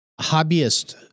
hobbyist